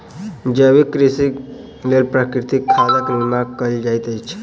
जैविक कृषिक लेल प्राकृतिक खादक निर्माण कयल जाइत अछि